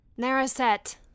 Naraset